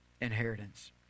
inheritance